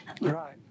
Right